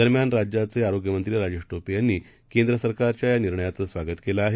दरम्यानराज्याचेआरोग्यमंत्रीराजेशटोपेयांनीकेंद्रसरकारच्यायानिर्णयाचंस्वागतकेलंआहे